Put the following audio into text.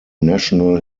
national